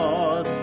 God